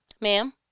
ma'am